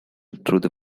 through